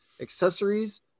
accessories